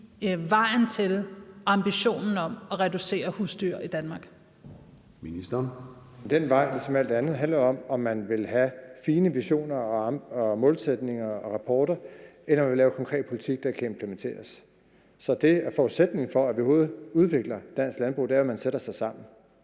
grøn trepart (Jeppe Bruus): Den vej handler lige som alt andet om, om man vil have fine visioner og målsætninger og rapporter, eller om man vil lave konkret politik, der kan implementeres. For forudsætningen for overhovedet at udvikle dansk landbrug er, at man sætter sig sammen.